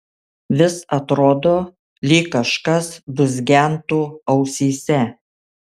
vis atrodo lyg kažkas dūzgentų ausyse